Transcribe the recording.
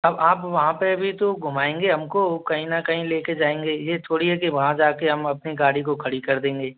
अब आप वहाँ पे भी तो घुमाएँगे हमको कहीं ना कहीं लेकर जाएँगे ये थोड़ी है कि वहाँ जाकर हम अपनी गाड़ी को खड़ी कर देंगे